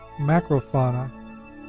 macrofauna